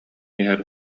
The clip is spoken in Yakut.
иһэр